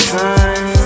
time